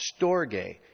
storge